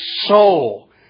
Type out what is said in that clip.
soul